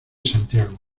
santiago